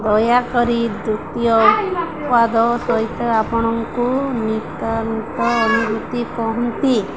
ଦୟାକରି ଦ୍ୱିତୀୟ ଉତ୍ପାଦ ସହିତ ଆପଣଙ୍କୁ ନିତ୍ୟାନ୍ତ ଅନୁଭୂତି କହନ୍ତି